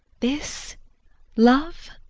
this love!